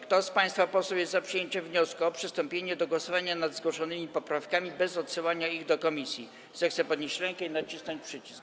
Kto z państwa posłów jest za przyjęciem wniosku o przystąpienie do głosowania nad zgłoszonymi poprawkami bez odsyłania ich do komisji, zechce podnieść rękę i nacisnąć przycisk.